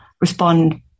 respond